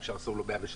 אי אפשר לחסום לו 103,